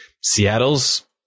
Seattle's